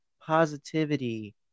positivity